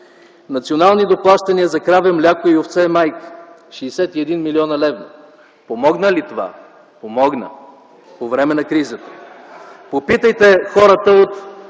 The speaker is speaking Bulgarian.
Национални доплащания за краве мляко и овце майки – 61 млн. лв. Помогна ли това? Помогна, по време на кризата! Попитайте хората от